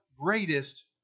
greatest